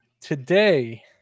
today